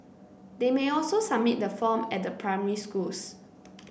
they may also submit the form at their primary schools